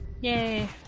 Yay